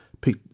pick